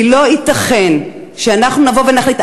כי לא ייתכן שאנחנו נבוא ונחליט,